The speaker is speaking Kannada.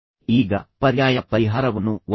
ಈಗ ಪರ್ಯಾಯ ಪರಿಹಾರವನ್ನು ಒದಗಿಸಿ